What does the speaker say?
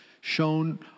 shown